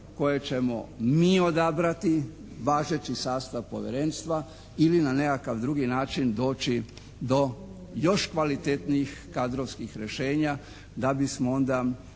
koje ćemo mi odabrati, važeći sastav povjerenstva ili na nekakav drugi način doći do još kvalitetnijih kadrovskih rješenja da bismo onda